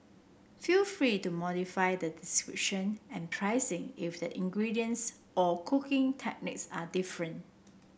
feel free to modify the description and pricing if the ingredients or cooking techniques are different